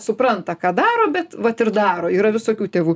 supranta ką daro bet vat ir daro yra visokių tėvų